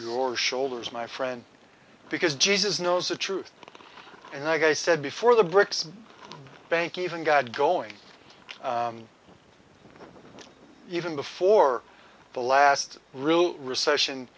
your shoulders my friend because jesus knows the truth and i said before the brics bank even got going even before the last real recession